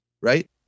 right